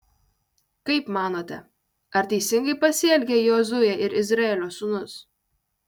kaip manote ar teisingai pasielgė jozuė ir izraelio sūnus